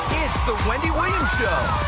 it's the wendy williams show!